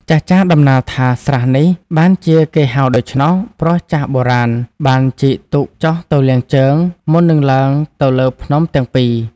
ចាស់ៗ តំណាលថា ស្រះនេះ បានជាគេហៅដូច្នោះ ព្រោះចាស់បុរាណ បានជីកទុកចុះទៅលាងជើង មុននឹងឡើងទៅលើភ្នំទាំង ២ ។